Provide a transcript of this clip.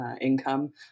income